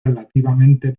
relativamente